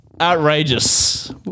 Outrageous